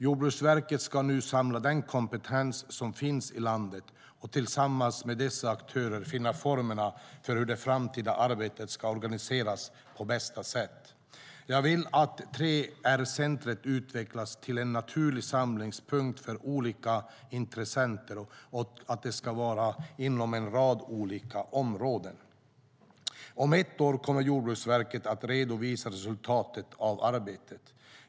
Jordbruksverket ska nu samla den kompetens som finns i landet och tillsammans med dessa aktörer finna formerna för hur det framtida arbetet ska organiseras på bästa sätt. Jag vill att 3R-centret utvecklas till en naturlig samlingspunkt för olika intressenter och att det ska verka inom en rad olika områden. Om ett år kommer Jordbruksverket att redovisa resultatet av arbetet.